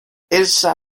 elsa